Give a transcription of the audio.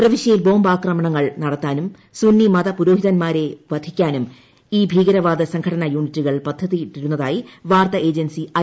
പ്രവിശ്യയിൽ ബോംബാക്രമണങ്ങൾ നൃടത്താനും സുന്നി മത പുരോഹിതന്മാരെ വധിക്കാനും ഇത് ഭീകരവാദ സംഘടനാ യൂണിറ്റുകൾ പദ്ധതിയിട്ടിരുന്നതായി പാർത്താ ഏജൻസി ഐ